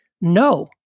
no